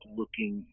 looking